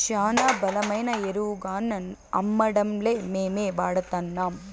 శానా బలమైన ఎరువుగాన్నా అమ్మడంలే మేమే వాడతాన్నం